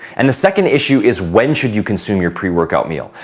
and the second issue is when should you consume your pre-workout meal?